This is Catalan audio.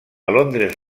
londres